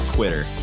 Quitter